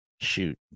shoot